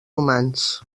humans